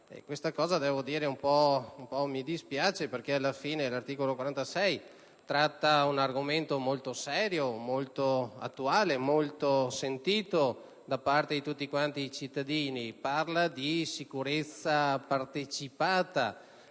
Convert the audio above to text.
Questo un po' mi dispiace perché alla fine l'articolo 46 tratta un argomento molto serio, molto attuale e molto sentito da tutti i cittadini: parla di sicurezza partecipata,